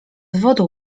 wodą